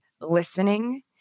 listening